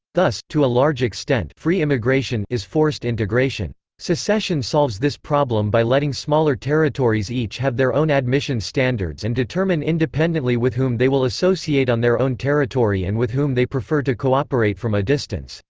thus, to a large extent free immigration is forced integration. secession solves this problem by letting smaller territories each have their own admission standards and determine independently with whom they will associate on their own territory and with whom they prefer to cooperate from a distance.